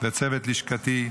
וצוות לשכתי,